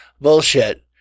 bullshit